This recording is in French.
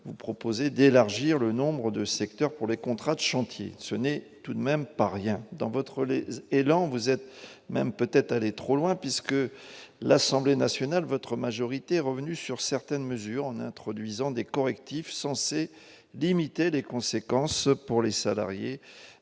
même proposé d'élargir le nombre de secteurs, pour les contrats d'chantier ce n'est tout de même pas rien dans votre élan, vous êtes même peut-être allé trop loin, puisque l'Assemblée nationale, votre majorité revenue sur certaines mesures en introduisant des correctifs censés d'imiter les conséquences pour les salariés